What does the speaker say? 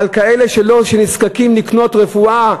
יש כאלה שנזקקים לקנות רפואה,